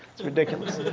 it's ridiculous.